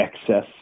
excess